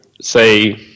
say